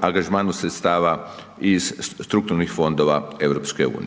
angažmanu sredstava iz strukturnih fondova RU.